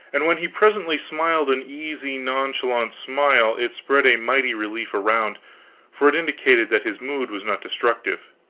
and when he presently smiled an easy, nonchalant smile, it spread a mighty relief around for it indicated that his mood was not destructive.